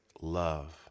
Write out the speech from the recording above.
love